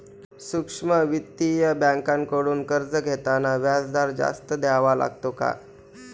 सूक्ष्म वित्तीय बँकांकडून कर्ज घेताना व्याजदर जास्त द्यावा लागतो का?